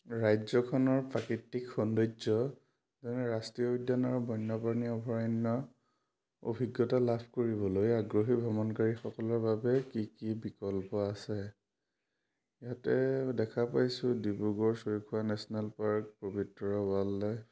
ৰাজ্যখনৰ প্ৰাকৃতিক সৌন্দৰ্য যেনে ৰাষ্ট্ৰীয় উদ্যান আৰু বন্য প্ৰাণী অভয়াৰণ্যৰ অভিজ্ঞতা লাভ কৰিবলৈ আগ্ৰহী ভ্ৰমণকাৰীসকলৰ বাবে কি কি বিকল্প আছে ইয়াতে দেখা পাইছোঁ Dibrugarh Saikhowa national park Pobitora wild life